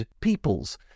peoples